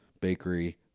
Bakery